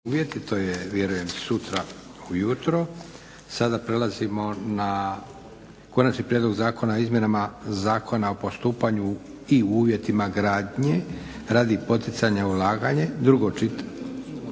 **Leko, Josip (SDP)** Sada prelazimo na - Konačni prijedlog zakona o izmjenama Zakona o postupanju i uvjetima gradnje radi poticanja ulaganja, drugo čitanje,